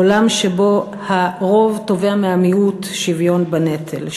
עולם שבו הרוב תובע מהמיעוט שוויון בנטל,